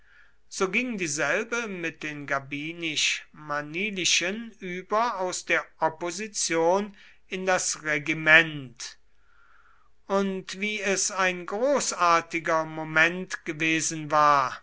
so ging dieselbe mit den gabinisch manilischen über aus der opposition in das regiment und wie es ein großartiger moment gewesen war